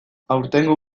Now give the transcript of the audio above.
aurtengo